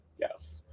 Yes